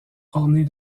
ornée